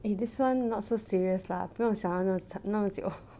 eh this one not so serious lah 不用想到那么惨那么久